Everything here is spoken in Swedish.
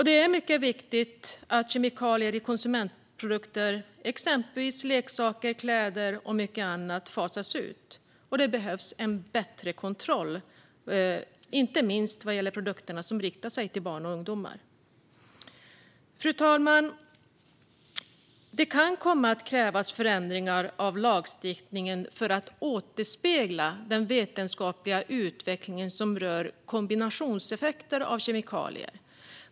Det är mycket viktigt att kemikalier i konsumentprodukter, exempelvis leksaker, kläder och mycket annat, fasas ut. Det behövs bättre kontroll, inte minst vad gäller de produkter som riktar sig till barn och ungdomar. Fru talman! Det kan komma att krävas förändringar av lagstiftningen för att återspegla den vetenskapliga utveckling som rör kombinationseffekter av kemikalier.